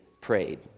prayed